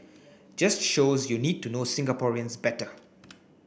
just shows you need to know Singaporeans better